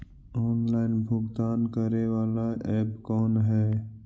Online भुगतान करे बाला ऐप कौन है?